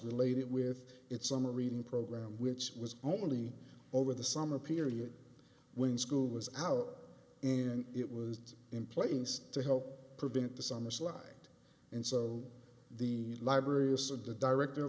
related with its summer reading program which was only over the summer period when school was out and it was in place to help prevent the summer slide and so the library assumed the direct